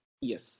Yes